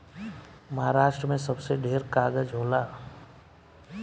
महारास्ट्र मे सबसे ढेर कागज़ होला